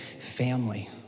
family